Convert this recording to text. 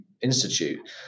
Institute